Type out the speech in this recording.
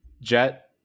Jet